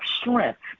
strength